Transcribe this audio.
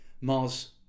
Mars